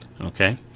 Okay